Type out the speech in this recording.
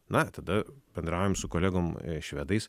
na tada bendraujam su kolegom švedais